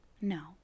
No